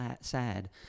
sad